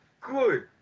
Good